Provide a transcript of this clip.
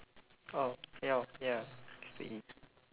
oh ya hor ya mister E